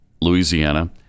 Louisiana